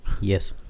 Yes